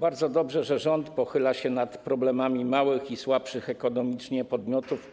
Bardzo dobrze, że rząd pochyla się nad problemami małych i słabszych ekonomicznie podmiotów